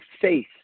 faith